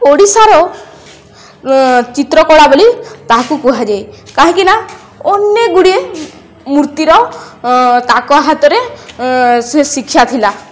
ଓଡ଼ିଶାର ଚିତ୍ରକଳା ବୋଲି ତାକୁ କୁହାଯାଏ କାହିଁକିନା ଅନେକ ଗୁଡ଼ିଏ ମୂର୍ତ୍ତିର ତାଙ୍କ ହାତରେ ସେ ଶିକ୍ଷା ଥିଲା